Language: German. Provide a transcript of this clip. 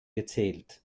gezählt